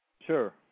sure